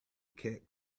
cat